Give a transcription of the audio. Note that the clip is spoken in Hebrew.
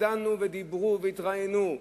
ודנו ודיברו והתראיינו.